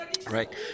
Right